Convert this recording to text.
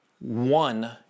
one